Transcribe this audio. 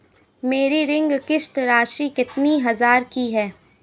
मेरी ऋण किश्त राशि कितनी हजार की है?